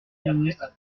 ministre